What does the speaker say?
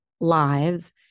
lives